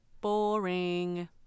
boring